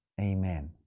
Amen